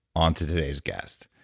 onto today's guest.